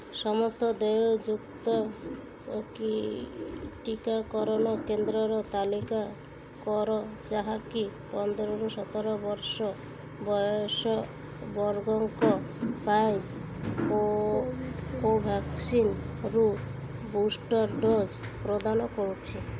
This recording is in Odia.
ସମସ୍ତ ଦେୟଯୁକ୍ତ ଟିକାକରଣ କେନ୍ଦ୍ରର ତାଲିକା କର ଯାହାକି ପନ୍ଦର ରୁ ସତର ବର୍ଷ ବୟସ ବର୍ଗଙ୍କ ପାଇଁ କୋ କୋଭ୍ୟାକ୍ସିନ୍ରୁ ବୁଷ୍ଟର୍ ଡୋଜ୍ ପ୍ରଦାନ କରୁଛି